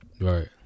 Right